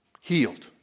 healed